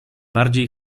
bardziej